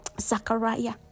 Zachariah